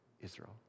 Israel